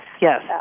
Yes